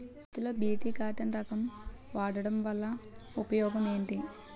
పత్తి లో BT cotton రకం వాడకం వల్ల ఉపయోగం ఏమిటి?